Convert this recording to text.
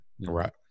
Right